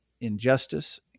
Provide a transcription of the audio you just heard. injustice